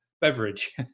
beverage